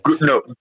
No